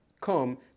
come